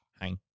Hang